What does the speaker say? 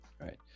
Right